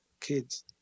kids